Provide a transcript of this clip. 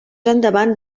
endavant